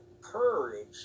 courage